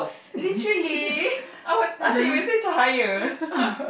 literally I would I thought you would say cahaya